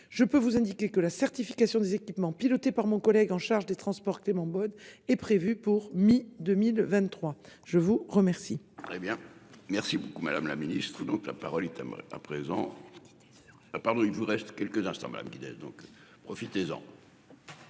je peux vous indiquer que la certification des équipements pilotée par mon collègue en charge des Transports Clément Beaune est prévue pour mi-2023. Je vous remercie.